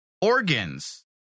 Organs